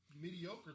mediocre